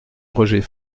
roger